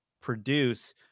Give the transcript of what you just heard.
produce